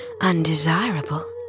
undesirable